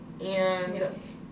yes